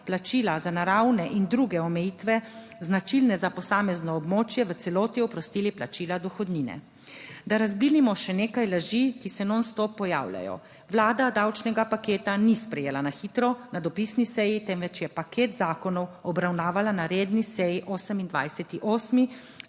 plačila za naravne in druge omejitve značilne za posamezno območje v celoti oprostili plačila dohodnine. Da razblinimo še nekaj laži, ki se non stop pojavljajo. Vlada davčnega paketa ni sprejela na hitro na dopisni seji temveč je paket zakonov obravnavala na redni seji, 28.